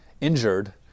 injured